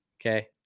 Okay